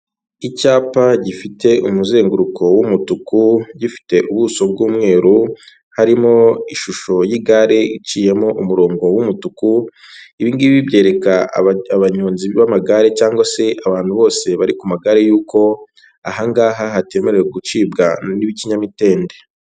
Icyapa gifite umuzenguruko w'umutuku, gifite ubuso bw'umweru, harimo ishusho y'igare iciyemo umurongo w'umutuku, ibi ngibi byereka abanyonzi b'amagare cyangwa se abantu bose bari ku magare yuko aha ngaha hatemerewe gucibwa n'ikinyamitende.